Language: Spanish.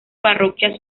parroquias